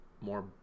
more